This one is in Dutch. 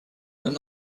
een